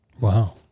Wow